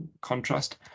contrast